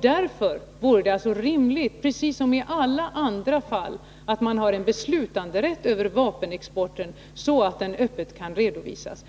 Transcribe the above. Därför vore det rimligt, precis som i alla andra fall, att ha en beslutanderätt över vapenexporten så att den öppet kan redovisas.